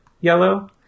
yellow